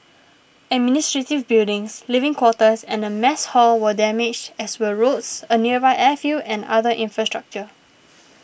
administrative buildings living quarters and a mess hall were damaged as were roads a nearby airfield and other infrastructure